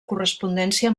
correspondència